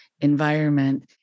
environment